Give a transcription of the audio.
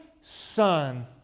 son